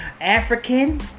African